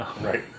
Right